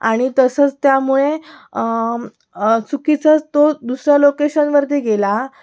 आणि तसंच त्यामुळे चुकीचाच तो दुसऱ्या लोकेशनवरती गेला